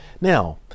now